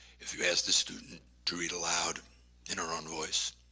if you ask the student to read aloud in their own voice,